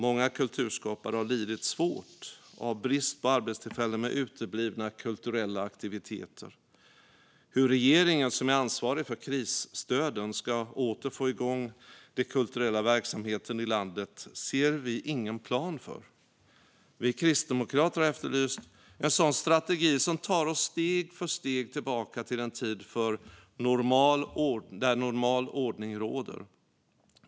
Många kulturskapare har lidit svårt av brist på arbetstillfällen med uteblivna kulturella aktiviteter. Hur regeringen, som är ansvarig för krisstöden, åter ska få igång den kulturella verksamheten i landet ser vi ingen plan för. Vi kristdemokrater har efterlyst en sådan strategi som tar oss steg för steg tillbaka till en tid där normal ordning råder.